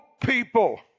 people